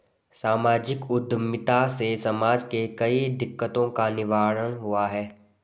सामाजिक उद्यमिता से समाज के कई दिकक्तों का निवारण हुआ है